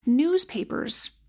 Newspapers